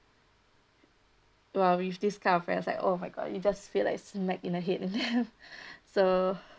!wah! with this kind of friend I was like oh my god you just feel like a smack in the head and then so